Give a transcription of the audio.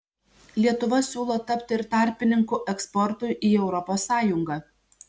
lietuva siūlo tapti ir tarpininku eksportui į europos sąjungą